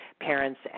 parents